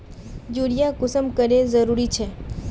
Urea कुंसम करे जरूरी छै?